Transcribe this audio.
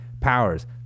powers